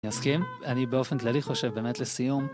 מסכים? אני באופן כללי חושב באמת לסיום.